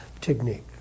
technique